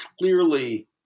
clearly